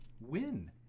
win